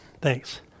Thanks